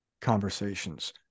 conversations